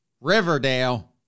Riverdale